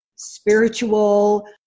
spiritual